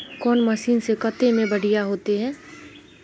कौन मशीन से कते में बढ़िया होते है?